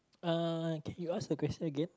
uh can you ask the question again